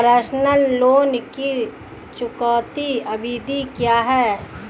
Personal loan की चुकौती अवधि क्या है?